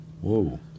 Whoa